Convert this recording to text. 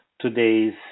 today's